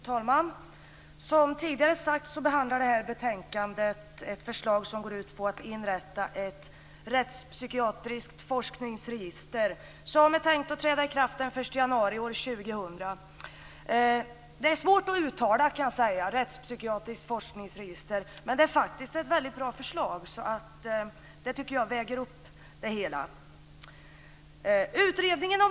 Fru talman! Som tidigare sagts behandlar det här betänkandet ett förslag som går ut på att inrätta ett rättspsykiatriskt forskningsregister, som är tänkt att träda i kraft den 1 januari år 2000. Det är svårt, kan jag säga, att uttala rättspsykiatriskt forskningsregister. Men det är faktiskt ett väldigt bra förslag, så det tycker jag väger upp det hela.